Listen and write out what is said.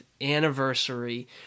anniversary